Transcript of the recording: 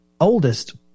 oldest